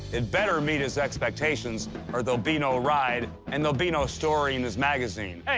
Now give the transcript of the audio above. it better meet his expectations or there'll be no ride, and there'll be no story in his magazine. hey,